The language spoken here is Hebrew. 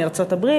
מארצות-הברית,